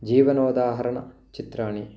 जीवनोदाहरणं चित्राणि